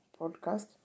podcast